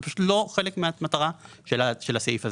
זה פשוט לא חלק מהמטרה של הסעיף הזה.